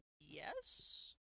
yes